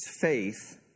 faith